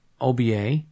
OBA